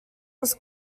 was